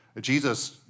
Jesus